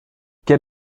quel